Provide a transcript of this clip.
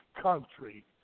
country